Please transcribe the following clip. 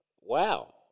Wow